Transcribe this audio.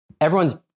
Everyone's